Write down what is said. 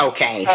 Okay